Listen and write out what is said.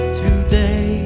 today